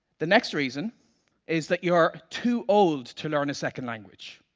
the next reason is that you are too old to learn a second language.